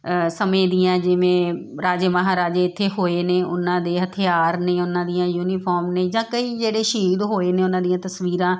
ਸਮੇਂ ਦੀਆਂ ਜਿਵੇਂ ਰਾਜੇ ਮਹਾਰਾਜੇ ਇੱਥੇ ਹੋਏ ਨੇ ਉਹਨਾਂ ਦੇ ਹਥਿਆਰ ਨੇ ਉਹਨਾਂ ਦੀਆਂ ਯੂਨੀਫੋਮ ਨੇ ਜਾਂ ਕਈ ਜਿਹੜੇ ਸ਼ਹੀਦ ਹੋਏ ਨੇ ਉਹਨਾਂ ਦੀਆਂ ਤਸਵੀਰਾਂ